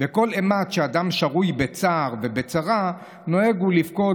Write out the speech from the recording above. וכל אימת שאדם שרוי בצער ובצרה נוהג הוא לבכות